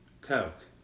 Coke